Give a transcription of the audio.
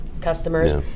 customers